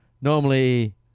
Normally